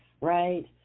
right